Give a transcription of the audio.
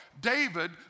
David